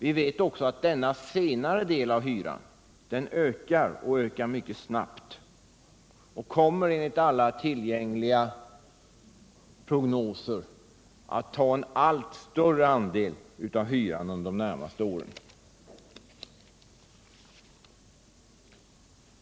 Vi vet också att denna senare del av hyran ökar mycket snabbt. Enligt alla tillgängliga prognoser kommer den att ta en allt större del av hyran under de närmaste åren.